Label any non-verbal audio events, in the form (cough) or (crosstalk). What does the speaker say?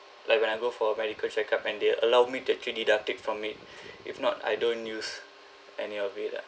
like when I go for a medical check-up and they allow me to actually deduct it from it (breath) if not I don't use any of it ah